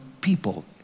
people